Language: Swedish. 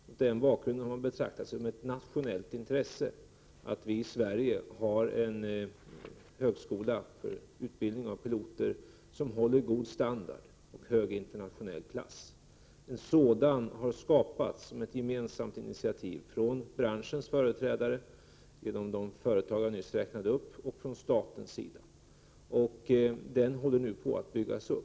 Mot den bakgrunden har man betraktat det som ett nationellt intresse att det i Sverige finns en högskola för utbildning av piloter som håller god standard och hög internationell klass. En sådan utbildning har skapats som ett gemensamt initiativ från branschens företrädare, de företag som jag tidigare räknade upp, och från statens sida. Utbildningen håller nu på att byggas upp.